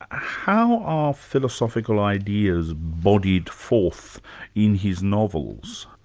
ah how are philosophical ideas bodied forth in his novels?